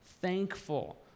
Thankful